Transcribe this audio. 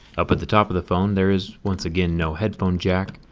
up at the top of the phone there is once again no headphone jack.